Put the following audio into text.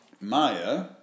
Maya